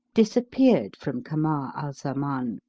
disappeared from kamar al-zaman,